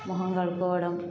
మొఖం కడుక్కోవడం